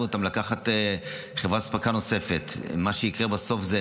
אותם לקחת חברת אספקה נוספת מה שיקרה בסוף זה